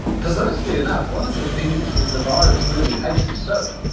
perversely enough, one of the things that the virus really hates is soap.